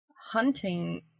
hunting